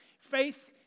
Faith